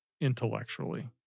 intellectually